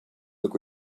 look